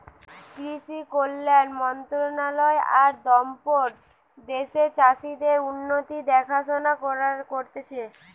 কৃষি কল্যাণ মন্ত্রণালয় আর দপ্তর দ্যাশের চাষীদের উন্নতির দেখাশোনা করতিছে